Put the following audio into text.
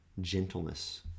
gentleness